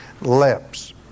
lips